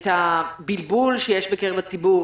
את הבלבול שיש בקרב הציבור,